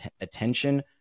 attention